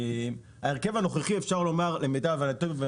אפשר לומר שההרכב הנוכחי למיטב הבנתנו ו